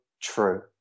true